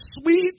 sweet